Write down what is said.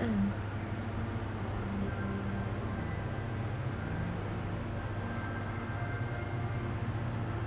mm